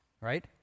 right